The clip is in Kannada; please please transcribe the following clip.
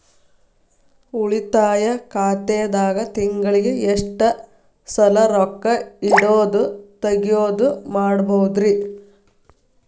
ಉಳಿತಾಯ ಖಾತೆದಾಗ ತಿಂಗಳಿಗೆ ಎಷ್ಟ ಸಲ ರೊಕ್ಕ ಇಡೋದು, ತಗ್ಯೊದು ಮಾಡಬಹುದ್ರಿ?